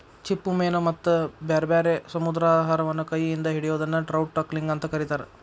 ಚಿಪ್ಪುಮೇನ ಮತ್ತ ಬ್ಯಾರ್ಬ್ಯಾರೇ ಸಮುದ್ರಾಹಾರವನ್ನ ಕೈ ಇಂದ ಹಿಡಿಯೋದನ್ನ ಟ್ರೌಟ್ ಟಕ್ಲಿಂಗ್ ಅಂತ ಕರೇತಾರ